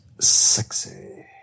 sexy